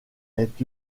est